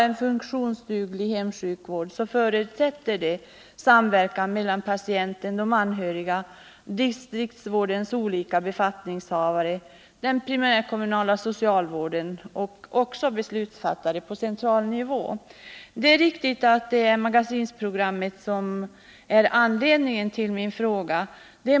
En funktionsduglig hemsjukvård förutsätter samverkan mellan patienten, de anhöriga, distriktsvårdens olika befattningshavare, den primärkommunala socialvården och beslutsfattare på central nivå. Det är riktigt att det är sjukvårdsministerns uttalande i TV-programmet Magasinet som är anledningen till min fråga.